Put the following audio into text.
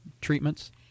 treatments